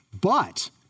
But-